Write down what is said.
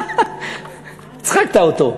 הצחקת אותו.